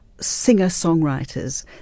singer-songwriters